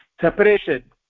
separation